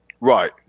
Right